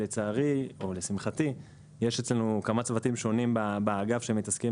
יש אצלנו כמה צוותים שונים באגף שמתעסקים